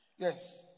Yes